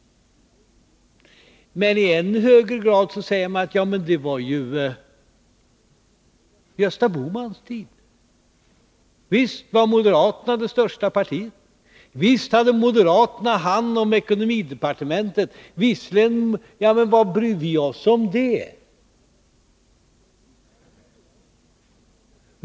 Men i än högre grad säger man att det ju var Gösta Bohmans tid. Visst var moderaterna det största partiet, visst hade moderaterna hand om ekonomidepartementet, men vad bryr vi oss om det.